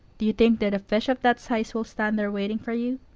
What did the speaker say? do you think that a fish of that size will stand there waiting for you?